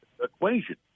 equation